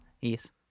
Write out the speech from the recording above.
Yes